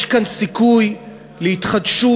יש כאן סיכוי להתחדשות